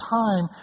time